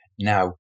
now